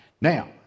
Now